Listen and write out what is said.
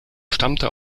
stammte